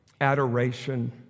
adoration